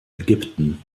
ägypten